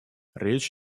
речь